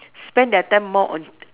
spend their time more on